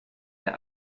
der